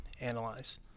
analyze